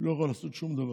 לא יכול לעשות שום דבר.